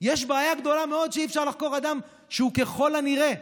יש בעיה גדולה מאוד שאי-אפשר לחקור אדם שהוא ככל הנראה,